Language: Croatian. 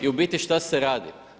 I u biti šta se radi?